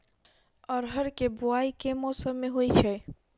अरहर केँ बोवायी केँ मौसम मे होइ छैय?